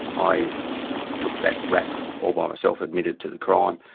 i took that rap all by myself, admitted to the crime,